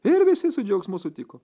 ir visi su džiaugsmu sutiko